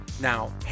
now